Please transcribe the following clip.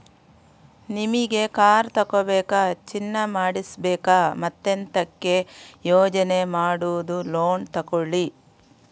ನಿಮಿಗೆ ಕಾರ್ ತಗೋಬೇಕಾ, ಚಿನ್ನ ಮಾಡಿಸ್ಬೇಕಾ ಮತ್ತೆಂತಕೆ ಯೋಚನೆ ಮಾಡುದು ಲೋನ್ ತಗೊಳ್ಳಿ